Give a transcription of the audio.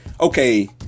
okay